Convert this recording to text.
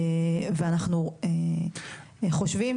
ואנחנו חושבים